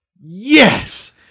Yes